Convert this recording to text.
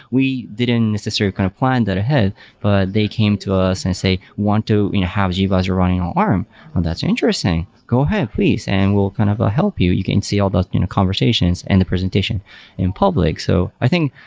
we didn't necessarily kind of plan that ahead, but they came to us and say want to you know have gvisor running on arm and that's interesting. go ahead, please. and we'll kind of ah help you. you can see all the conversations and the presentation in public. so i think,